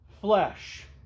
flesh